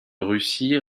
russie